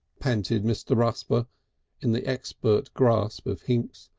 panted mr. rusper in the expert grasp of hinks.